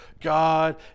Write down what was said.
God